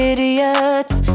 Idiots